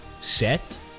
set